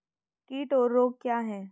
कीट और रोग क्या हैं?